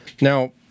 Now